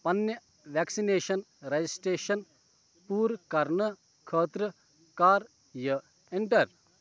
پننہِ vaccination registration پورٕ کرنہٕ خٲطرٕ کر یہِ اٮ۪نٹر